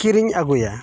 ᱠᱤᱨᱤᱧ ᱟᱹᱜᱩᱭᱟ